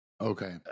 Okay